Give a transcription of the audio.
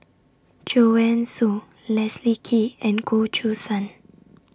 Joanne Soo Leslie Kee and Goh Choo San